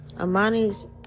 Amani's